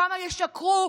כמה ישקרו,